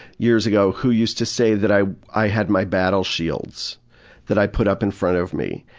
years ago, who used to say that i i had my battle shields that i put up in front of me,